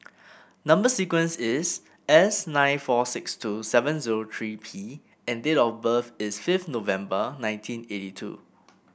number sequence is S nine four six two seven zero three P and date of birth is fifth November nineteen eighty two